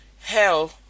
Hell